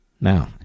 Now